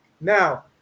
Now